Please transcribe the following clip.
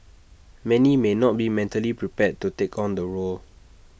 many may not be mentally prepared to take on the role